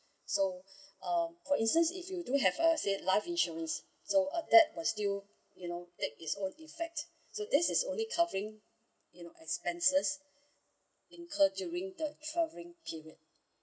so uh for instance if you do have uh say life insurance so uh that was still you know that is all effect so this is only covering your expenses incurred during the travelling period